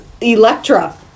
Electra